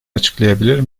açıklayabilir